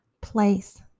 place